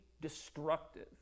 destructive